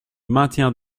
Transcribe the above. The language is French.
maintiens